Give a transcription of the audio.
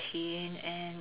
and